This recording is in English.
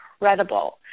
incredible